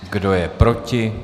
Kdo je proti?